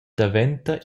daventa